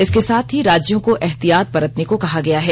इसके साथ ही राज्यों को एहतियात बरतने को कहा गया है